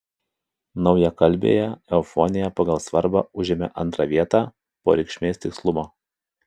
naujakalbėje eufonija pagal svarbą užėmė antrą vietą po reikšmės tikslumo